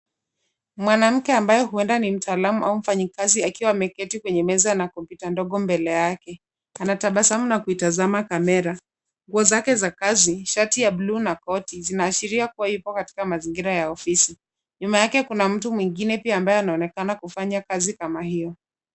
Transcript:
Mwanamke amaye huenda ni mtaalamu au mfanyikazi akiwa ameketi kwenye meza na kompyuta ndogo mbele yake. Anatabasamu na kuitazama kamera. nguo zake za kazi, shati ya bluu na koti, zinaashiria kuwa yupo katika mazingira ya ofisi. Nyuma yake kuna mtu mwingine pia ambaye anaonekana kufanya kazi kama hio.